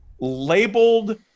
labeled